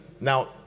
Now